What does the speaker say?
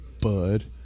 Bud